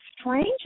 strange